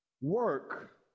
work